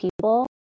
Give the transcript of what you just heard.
people